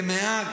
מעל.